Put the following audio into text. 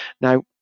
Now